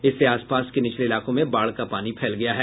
इससे आसपास के निचले इलाकों में बाढ़ का पानी फैल गया है